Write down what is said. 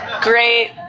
Great